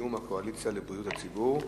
הזיהום של הקואליציה לבריאות הציבור.